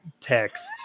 text